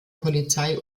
polizei